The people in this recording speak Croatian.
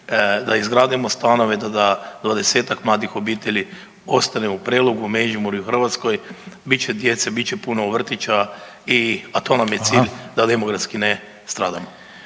da izgradimo stanove da 20-tak mladih obitelji ostane u Prelogu, u Međimurju, u Hrvatskoj, bit će djece, bit će puno vrtića i, a to nam je cilj da demografski ne stradamo.